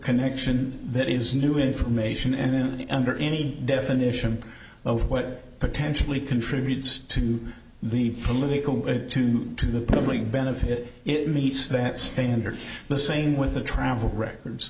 connection that is new information and then under any definition of what potentially contributes to the political to the public benefit it meets that standard the same with the travel records